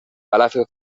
palacios